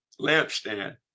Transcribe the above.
lampstand